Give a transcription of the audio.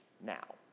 now